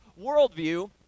worldview